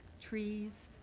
trees